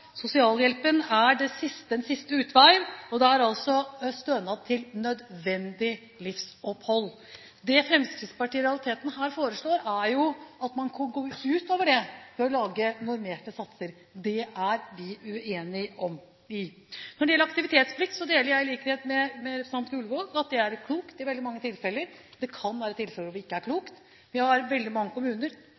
Sosialhjelpen er den siste utveien, og det er altså stønad til nødvendig livsopphold. Det Fremskrittspartiet i realiteten her foreslår, er jo at man går utover det, ved å lage normerte satser. Det er vi uenig i. Når det gjelder aktivitetsplikt, mener jeg i likhet med representanten Gullvåg at det er klokt i veldig mange tilfeller. Det kan være tilfeller hvor det ikke er klokt. Vi har veldig mange kommuner